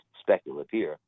speculative